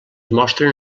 mostren